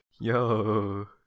Yo